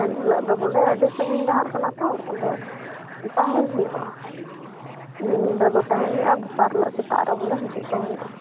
ᱩᱱ ᱦᱤᱞᱳᱜ ᱫᱚ ᱵᱚᱞᱮ ᱟᱹᱰᱤ ᱥᱟᱺᱜᱤᱧ ᱰᱟᱦᱟᱨ ᱠᱟᱱᱟ ᱛᱚ ᱟᱫᱚ ᱛᱟᱦᱮᱱ ᱦᱩᱭᱩᱜᱼᱟ ᱢᱤᱫ ᱧᱤᱫᱟᱹ ᱫᱚ ᱛᱟᱦᱮᱱ ᱦᱩᱭᱩᱜᱼᱟ ᱫᱚᱥᱟᱨ ᱦᱤᱞᱳᱜ ᱥᱮᱛᱟᱜ ᱫᱚ ᱵᱚᱞᱮ ᱦᱤᱡᱩᱜ ᱫᱚ ᱦᱩᱭᱩᱜᱼᱟ